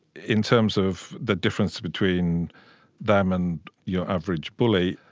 in terms of the difference between them and your average bully,